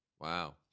Wow